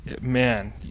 Man